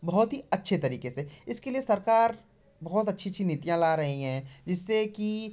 बहुत ही अच्छे तरीके से इसके लिए सरकार बहुत अच्छी अच्छी नीतियाँ ला रही हैं जिससे कि